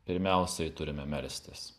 pirmiausiai turime melstis